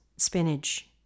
spinach